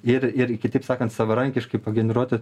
ir ir kitaip sakant savarankiškai pageneruoti